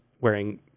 wearing